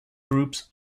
groups